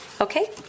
Okay